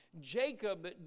Jacob